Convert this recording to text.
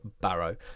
barrow